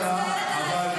המצוקה שלך לא מעניינת